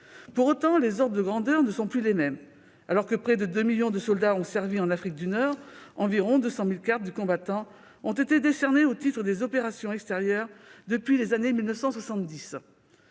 Pour autant, les ordres de grandeur ne sont plus les mêmes. Alors que près de 2 millions de soldats ont servi en Afrique du Nord, environ 200 000 cartes du combattant ont été décernées au titre des opérations extérieures depuis les années 1970.